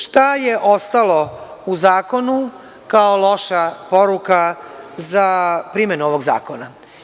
Šta je ostalo u zakonu kao loša poruka za primenu ovog zakona?